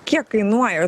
kiek kainuoja